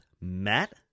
Matt